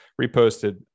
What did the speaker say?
reposted